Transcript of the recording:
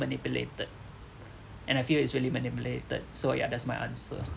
manipulated and I feel it's really manipulated so ya that's my answer